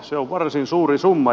se on varsin suuri summa